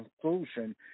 conclusion